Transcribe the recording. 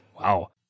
Wow